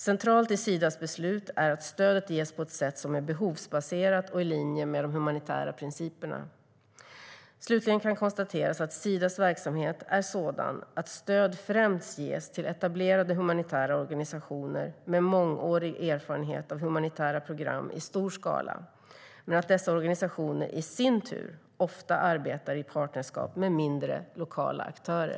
Centralt i Sidas beslut är att stödet ges på ett sätt som är behovsbaserat och i linje med de humanitära principerna. Slutligen kan konstateras att Sidas verksamhet är sådan att stöd främst ges till etablerade humanitära organisationer med mångårig erfarenhet av humanitära program i stor skala, men att dessa organisationer i sin tur ofta arbetar i partnerskap med mindre, lokala, aktörer.